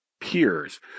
peers